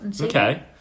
Okay